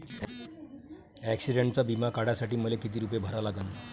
ॲक्सिडंटचा बिमा काढा साठी मले किती रूपे भरा लागन?